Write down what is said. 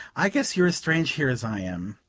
i guess you're as strange here as i am,